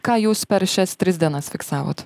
ką jūs per šias tris dienas fiksavot